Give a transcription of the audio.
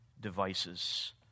devices